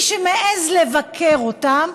מי שמעז לבקר אותם,